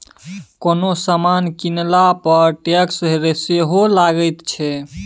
कोनो समान कीनला पर टैक्स सेहो लगैत छै